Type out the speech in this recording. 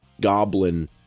goblin